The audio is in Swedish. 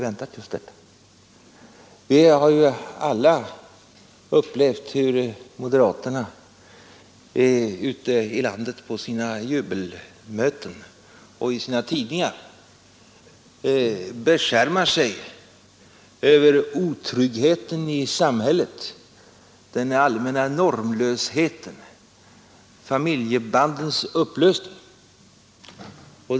Vi har ju alla upplevt hur moderarerna ute i landet på sina jubelmöten och i sina tidningar beskärmar sig över otryggheten i samhället, den allmänna normlösheten, familjebandens upplösning.